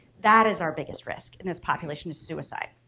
that is our biggest risk in this population is suicide,